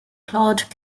claude